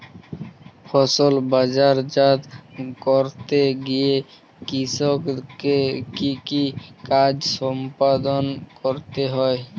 ফসল বাজারজাত করতে গিয়ে কৃষককে কি কি কাজ সম্পাদন করতে হয়?